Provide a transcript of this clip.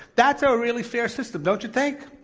that's a really fair system, don't you think?